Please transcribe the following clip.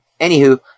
anywho